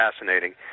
fascinating